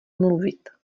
mluvit